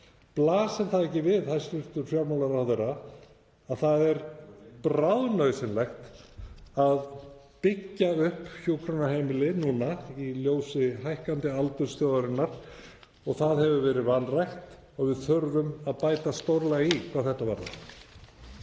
Blasir ekki við, hæstv. fjármálaráðherra, að það er bráðnauðsynlegt að byggja upp hjúkrunarheimili núna í ljósi hækkandi aldurs þjóðarinnar? Það hefur verið vanrækt og við þurfum að bæta stórlega í hvað þetta varðar.